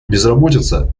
безработица